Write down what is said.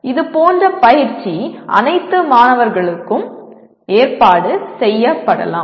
இதுபோன்ற பயிற்சி அனைத்து மாணவர்களுக்கும் ஏற்பாடு செய்யப்படலாம்